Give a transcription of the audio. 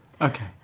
Okay